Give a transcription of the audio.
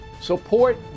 support